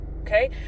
okay